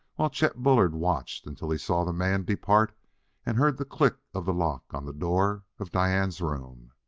while chet bullard watched until he saw the man depart and heard the click of the lock on the door of diane's room.